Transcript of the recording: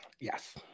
Yes